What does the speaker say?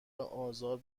آزار